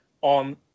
on